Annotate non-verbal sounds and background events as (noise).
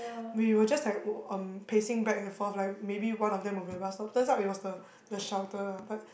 (breath) we were just like um pacing back and forth like maybe one of them will be the bus stop turns out it was the the shelter ah but